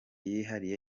yihariye